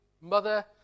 mother